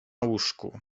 łóżku